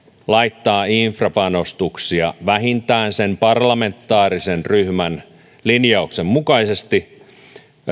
laittaa infrapanostuksia vähintään sen parlamentaarisen ryhmän linjauksen mukaisesti